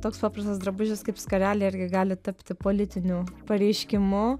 toks paprastas drabužis kaip skarelė irgi gali tapti politiniu pareiškimu